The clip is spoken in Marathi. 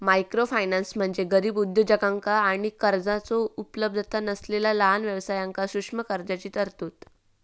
मायक्रोफायनान्स म्हणजे गरीब उद्योजकांका आणि कर्जाचो उपलब्धता नसलेला लहान व्यवसायांक सूक्ष्म कर्जाची तरतूद